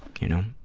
you know,